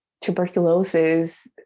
tuberculosis